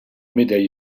médaillé